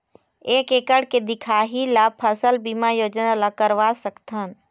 एक एकड़ के दिखाही ला फसल बीमा योजना ला करवा सकथन?